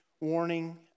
warning